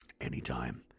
anytime